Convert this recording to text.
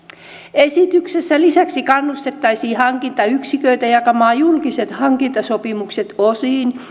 esityksessä lisäksi kannustettaisiin hankintayksiköitä jakamaan julkiset hankintasopimukset osiin